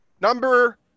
number